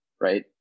right